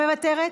לא מוותרת?